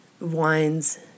wines